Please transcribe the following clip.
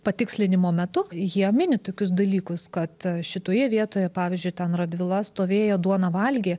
patikslinimo metu jie mini tokius dalykus kad šitoje vietoje pavyzdžiui ten radvila stovėjo duoną valgė